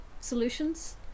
solutions